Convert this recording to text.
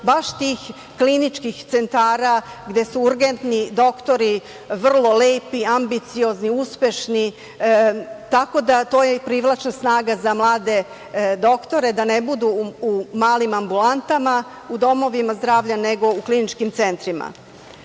baš tih kliničkih centara, gde su urgentni doktori vrlo lepi, ambiciozni, uspešni, tako da je to i privlačna snaga za mlade doktore da ne budu u malim ambulantama u domovima zdravlja, nego u kliničkim centrima.Međutim,